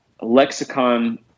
Lexicon